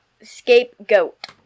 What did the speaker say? scapegoat